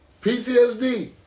PTSD